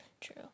True